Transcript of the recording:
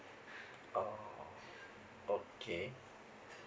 oh okay